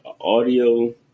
audio